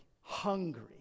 hungry